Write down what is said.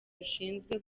rushinzwe